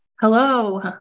Hello